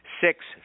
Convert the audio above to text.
six